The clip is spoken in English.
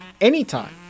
anytime